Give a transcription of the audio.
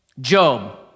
Job